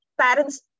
parents